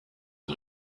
die